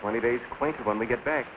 twenty days quiet when we get back